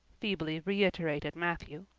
feebly reiterated matthew.